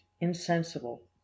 insensible